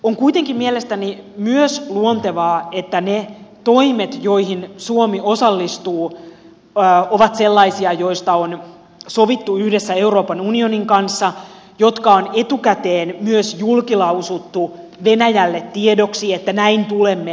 on kuitenkin mielestäni myös luontevaa että ne toimet joihin suomi osallistuu ovat sellaisia joista on sovittu yhdessä euroopan unionin kanssa ja on etukäteen myös julkilausuttu venäjälle tiedoksi että näin tulemme toimimaan